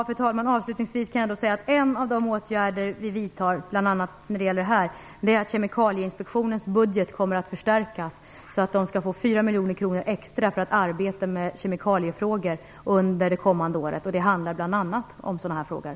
Fru talman! Avslutningsvis kan jag säga att en av de åtgärder som vi vidtar är att Kemikalieinspektionens budget kommer att förstärkas betydligt. Den kommer att få 4 miljoner kronor extra för att arbeta med kemikaliefrågor under det kommande året. Det handlar bl.a. om dessa frågor.